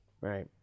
Right